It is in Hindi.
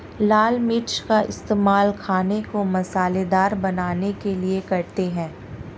लाल मिर्च का इस्तेमाल खाने को मसालेदार बनाने के लिए करते हैं